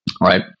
right